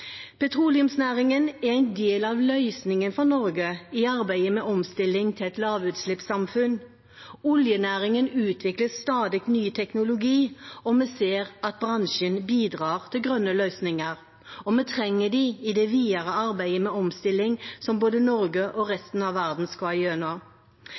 Petroleumsnæringen er en del av løsningen for Norge i arbeidet med omstilling til et lavutslippssamfunn. Oljenæringen utvikler stadig ny teknologi, og vi ser at bransjen bidrar til grønne løsninger. Vi trenger den i det videre arbeidet med omstilling, som både Norge og resten av verden skal gjennom.